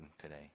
today